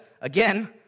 again